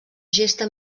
gesta